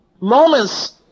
moments